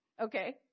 Okay